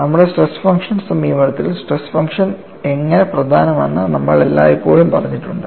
നമ്മുടെ stress function സമീപനത്തിൽ stress function എങ്ങനെ പ്രധാനമാണെന്ന് നമ്മൾ എല്ലായ്പ്പോഴും പറഞ്ഞിട്ടുണ്ട്